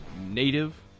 native